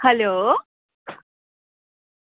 hello